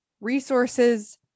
resources